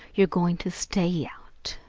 you're going to stay out.